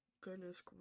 goodness